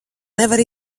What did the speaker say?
nevar